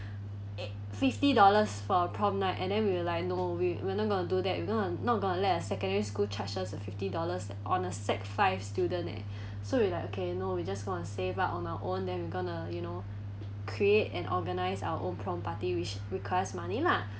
a fifty dollars for a prom night and then we will like no we we're not going to do that not going to let the secondary school charge us a fifty dollars on a sec five student eh so we like okay no we just want to save up on our own then we going to you know create and organise our own prom party which requires money lah